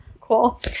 cool